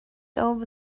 over